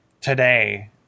today